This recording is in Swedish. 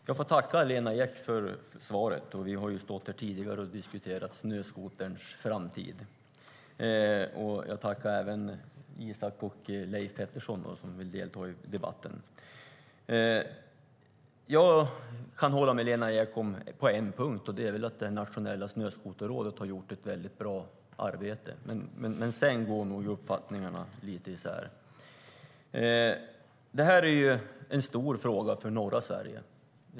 Fru talman! Jag får tacka Lena Ek för svaret. Vi har stått här tidigare och diskuterat snöskoterns framtid. Jag tackar även Isak From och Leif Pettersson som vill delta i debatten. Jag kan hålla med Lena Ek på en punkt, och det är att Nationella Snöskoterrådet har gjort ett väldigt bra arbete. Sedan går nog uppfattningarna lite isär. Det här är en stor fråga för norra Sverige.